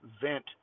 Vent